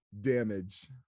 damage